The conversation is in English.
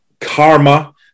karma